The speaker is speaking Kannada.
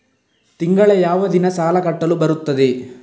ತಿಂಗಳ ಯಾವ ದಿನ ಸಾಲ ಕಟ್ಟಲು ಬರುತ್ತದೆ?